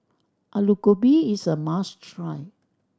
Alu Gobi is a must try